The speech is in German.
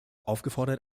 aufgefordert